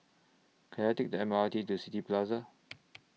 Can I Take The M R T to City Plaza